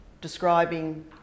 describing